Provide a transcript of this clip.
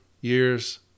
years